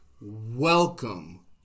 welcome